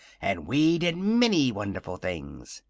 and we did many wonderful things.